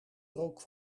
rook